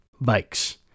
Bikes